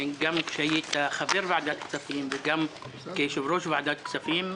גם כשהיית חבר ועדת כספים וגם כיושב ראש ועדת כספים,